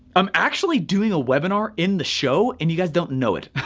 i'm actually doing a webinar in the show and you guys don't know it,